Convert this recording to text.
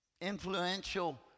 influential